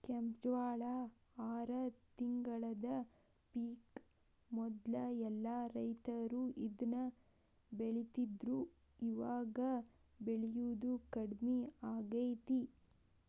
ಕೆಂಜ್ವಾಳ ಆರ ತಿಂಗಳದ ಪಿಕ್ ಮೊದ್ಲ ಎಲ್ಲಾ ರೈತರು ಇದ್ನ ಬೆಳಿತಿದ್ರು ಇವಾಗ ಬೆಳಿಯುದು ಕಡ್ಮಿ ಆಗೇತಿ